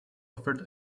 offered